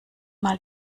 mal